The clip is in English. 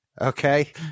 Okay